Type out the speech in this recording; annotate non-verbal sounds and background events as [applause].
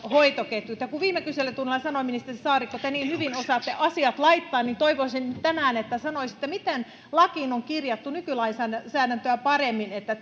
hoitoketjut kun viime kyselytunnilla sanoin ministeri saarikko että te niin hyvin osaatte asiat laittaa niin toivoisin nyt tänään että sanoisitte miten lakiin on kirjattu nykylainsäädäntöä paremmin että [unintelligible]